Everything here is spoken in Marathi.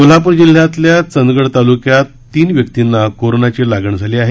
कोल्हाप्र जिल्ह्यातल्या चंदगड तालुक्यात तीन व्यक्तींना कोरोनाची लागण झाली आहे